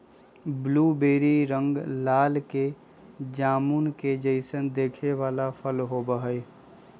blueberry नीला रंग के जामुन के जैसन दिखे वाला फल होबा हई